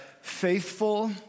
faithful